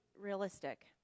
realistic